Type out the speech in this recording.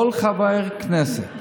חבר כנסת